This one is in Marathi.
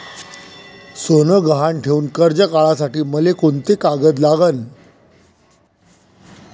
सोनं गहान ठेऊन कर्ज काढासाठी मले कोंते कागद लागन?